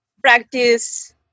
practice